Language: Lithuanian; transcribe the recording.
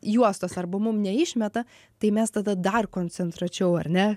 juostos arba mum neišmeta tai mes tada dar koncentruočiau ar ne